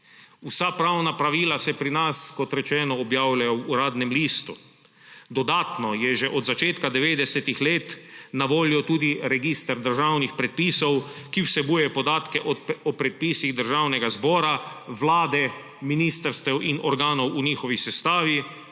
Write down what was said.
Vsa pravna pravila se pri nas, kot rečeno, objavljajo v Uradnem listu. Dodatno je že od začetka 90. let na voljo tudi register državnih predpisov, ki vsebuje podatke o predpisih Državnega zbora, Vlade, ministrstev in organov v njihovi sestavi